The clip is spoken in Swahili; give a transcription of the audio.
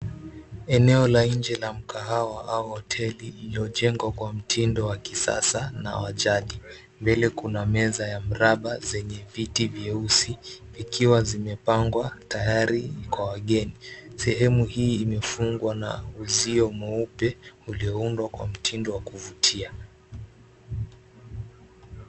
Eneo la nje la mkahawa au hoteli iliyojengwa kwa mtindo wakisasa na wajadi. Mbele kuna meza ya mraba zenye viti vyeusi vikiwa zimepangwa tayari kwa wageni. Sehemu hii imepangwa na uzio mweupe ulioundwa kwa mtindo wa kuvutia.